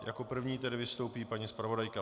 Jako první tedy vystoupí paní zpravodajka.